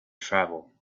travel